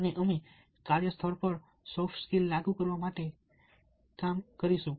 અને અમે કાર્યસ્થળ પર સોફ્ટ સ્કિલ લાગુ કરવા માટે સાથે કામ કરીશું